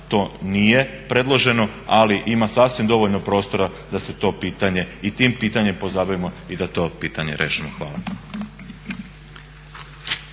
to nije predloženo ali ima sasvim dovoljno prostora da se to pitanje i tim pitanjem pozabavimo i da to pitanje riješimo. Hvala.